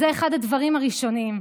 זה אחד הדברים הראשונים,